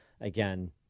Again